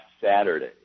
Saturday